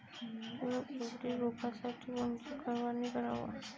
तूर उधळी रोखासाठी कोनची फवारनी कराव?